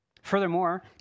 Furthermore